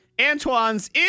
Antoine's